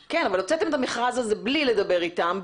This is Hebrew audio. כן, אבל הוצאתם את המכרז הזה בלי לדבר איתם,